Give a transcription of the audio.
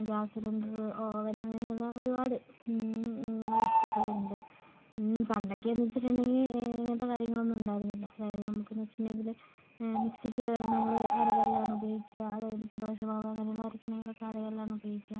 gas cylinder അവൻ അങ്ങനെയുള്ള ഒരുപാട് വസ്തുക്കളുണ്ട് പണ്ടൊക്കെയെന്ന് വെച്ചിട്ടുണ്ടെങ്കിൽ ഇങ്ങനത്തെ കാര്യങ്ങളൊന്നും ഉണ്ടായിരുന്നില്ല അതായത് നമുക്കെന്ന് വെച്ചിട്ടുണ്ടെങ്കിൽ മിക്സിക്ക് പകരം നമ്മൾ അരകല്ലാണ് ഉപയോഗിക്കുക അതായത് ഇപ്പം ദോശമാവ് അങ്ങനെയുള്ള അരക്കണമെങ്കിൽ അരകല്ലാണ് ഉപയോഗിക്കുക